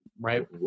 right